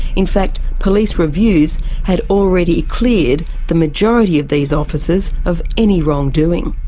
in fact police reviews had already cleared the majority of these officers of any wrongdoing.